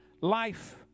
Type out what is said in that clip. life